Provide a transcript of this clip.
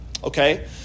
Okay